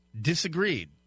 disagreed